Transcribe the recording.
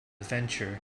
venture